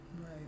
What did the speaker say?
Right